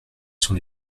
sont